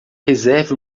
reserve